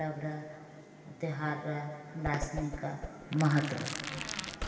पर्व रऽ त्योहार रऽ हमरासनीके महत्व